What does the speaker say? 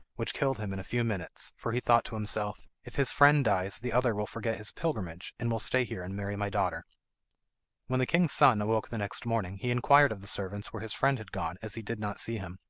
which killed him in a few minutes, for he thought to himself, if his friend dies the other will forget his pilgrimage, and will stay here and marry my daughter when the king's son awoke the next morning he inquired of the servants where his friend had gone, as he did not see him.